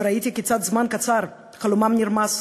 וראיתי כיצד בתוך זמן קצר חלומם נרמס,